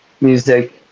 music